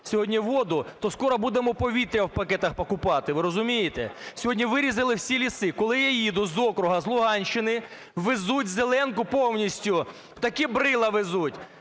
сьогодні воду, то скоро будемо повітря в пакетах купувати, ви розумієте. Сьогодні вирізали всі ліси. Коли я їду з округу з Луганщини, везуть "зеленку" повністю, такі брила везуть.